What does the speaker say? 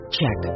Check